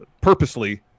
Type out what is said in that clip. Purposely